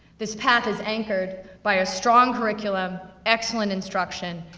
this path is anchored by a strong curriculum, excellent instruction,